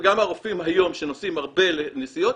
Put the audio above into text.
גם הרופאים היום שנוסעים הרבה לנסיעות,